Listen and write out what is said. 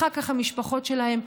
אחר כך המשפחות שלהם,